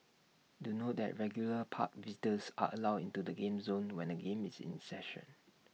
do note that regular park visitors are allowed into the game zone when A game is in session